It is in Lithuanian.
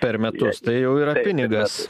per metus tai jau yra pinigas